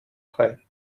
frei